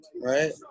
Right